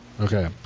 Okay